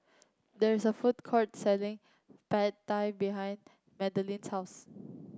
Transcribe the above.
there is a food courts selling Pad Thai behind Madelynn's house